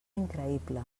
increïble